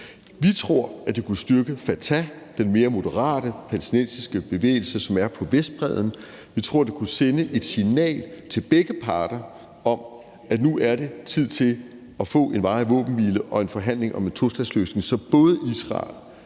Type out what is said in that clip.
Vi tror, det kunne styrke Fatah, den mere moderate palæstinensiske bevægelse, som er på Vestbredden. Vi tror, det kunne sende et signal til begge parter om, at nu er det tid til at få en varig våbenhvile og en forhandling om en tostatsløsning, så både Israel